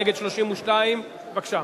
נגד, 32. בבקשה.